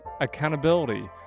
accountability